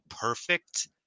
perfect